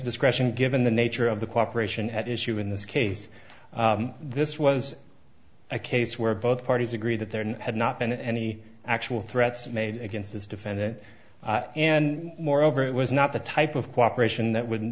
discretion given the nature of the cooperation at issue in this case this was a case where both parties agreed that there had not been any actual threats made against this defendant and moreover it was not the type of cooperation that would